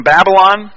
Babylon